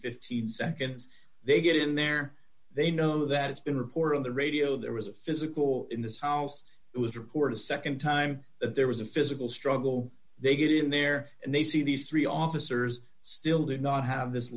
fifteen seconds they get in there they know that it's been reported on the radio there was a physical in this house it was reported a nd time that there was a physical struggle they get in there and they see these three officers still did not have this